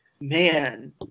man